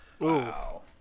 Wow